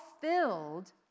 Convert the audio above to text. filled